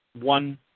one